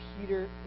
Peter